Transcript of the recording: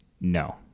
no